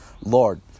Lord